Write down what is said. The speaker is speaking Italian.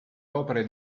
opere